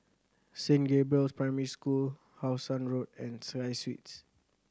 Saint Gabriel's Primary School How Sun Road and Sky Suites